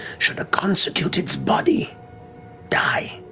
should a consecuted's body die